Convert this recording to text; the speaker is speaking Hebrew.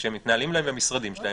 כשהם מתנהלים במשרדים שלהם,